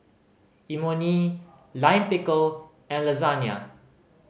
Imoni Lime Pickle and Lasagna